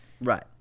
Right